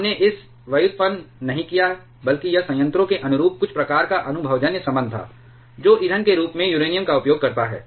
हमने इसे व्युत्पन्न नहीं किया है बल्कि यह संयंत्रों के अनुरूप कुछ प्रकार का अनुभवजन्य संबंध था जो ईंधन के रूप में यूरेनियम का उपयोग करता है